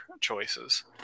choices